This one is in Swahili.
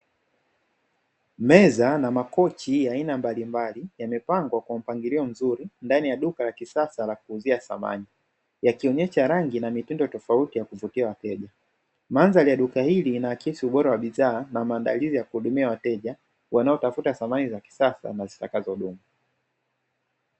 Meza na makochi ya aina mbalimbali yamepangwa kwa mpangilio mzuri ndani ya duka la kisasa la kuuzia samani, yakionyesha rangi na mitindo tofauti ya kuvutia wateja; mandhari ya duka hili linaakisi ubora wa bidhaa na maandalizi ya kuhudumia wateja wanaotafuta samani za kisasa na zitakazodumu.